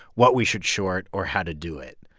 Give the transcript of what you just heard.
what we should short or how to do it.